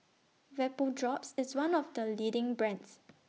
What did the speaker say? Vapodrops IS one of The leading brands